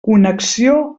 connexió